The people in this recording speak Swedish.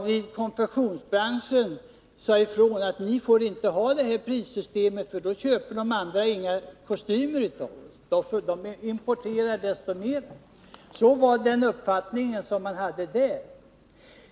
Men konfektionsindustrin sade ifrån: Ni får inte ha det här prissystemet. Då köper de andra inga kostymer från oss utan importerar ännu mer. Den uppfattningen hade man där.